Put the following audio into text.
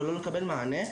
אני לא מקבל מענה.